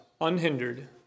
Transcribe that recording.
unhindered